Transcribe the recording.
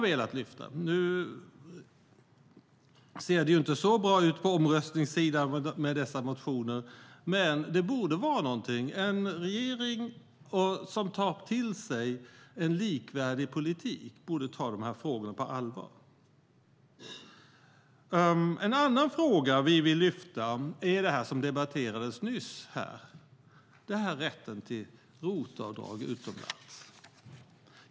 Nu ser det inte så bra ut på omröstningssidan med dessa motioner, men det borde vara någonting. En regering som tar till sig en likvärdig politik borde ta dessa frågor på allvar. En annan fråga vi vill lyfta fram är det som debatterades nyss, nämligen rätten till ROT-avdrag utomlands.